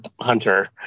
hunter